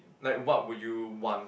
like what would you want